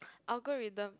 I'll go read them